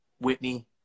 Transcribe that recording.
Whitney